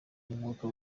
n’umwuka